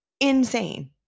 insane